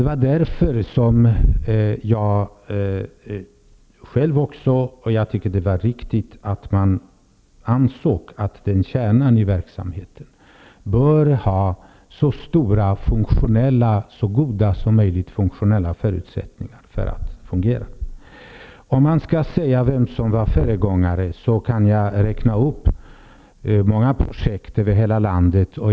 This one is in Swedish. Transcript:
Det är därför jag tycker att det är riktigt att det anses att kärnan i verksamheten bör ha så goda funktionella förutsättningar som möjligt. Om man skall nämna några föregångare kan jag räkna upp många projekt från hela landet.